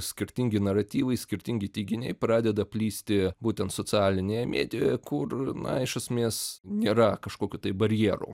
skirtingi naratyvai skirtingi teiginiai pradeda plisti būtent socialinėje medijoje kur na iš esmės nėra kažkokių tai barjerų